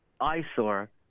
eyesore